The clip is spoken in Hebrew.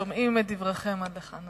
שומעים את דבריכם עד לכאן,